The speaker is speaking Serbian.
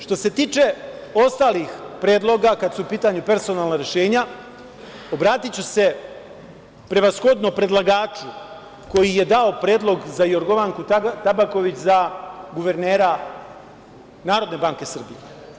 Što se tiče ostalih predloga, kada su u pitanju personalna rešenja, obratiću se prevashodno predlagaču koji je dao predlog za Jorgovanku Tabaković za guvernera NBS.